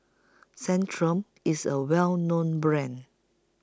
Centrum IS A Well known Brand